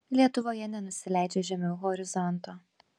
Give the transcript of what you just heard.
lietuvoje nenusileidžia žemiau horizonto